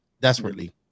desperately